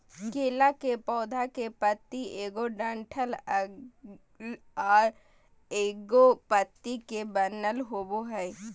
केला के पौधा के पत्ति एगो डंठल आर एगो पत्ति से बनल होबो हइ